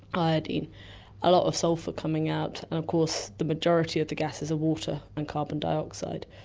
iodine, a lot of sulphur coming out, and of course the majority of the gases are water and carbon dioxide.